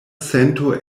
sento